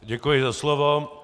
Děkuji za slovo.